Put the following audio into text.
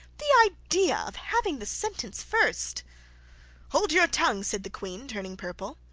the idea of having the sentence first hold your tongue said the queen, turning purple.